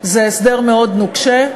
הסדר מאוד נוקשה,